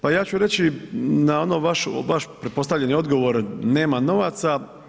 Pa ja ću reći na ono vaši pretpostavljeni odgovor nema novaca.